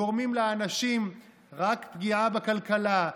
גורמים לאנשים רק פגיעה בכלכלה,